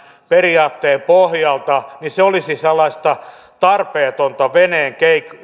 periaatteen pohjalta se olisi sellaista tarpeetonta veneen